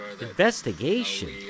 Investigation